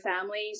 families